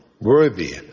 worthy